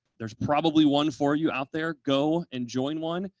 there's probably one for you out there. go and join one.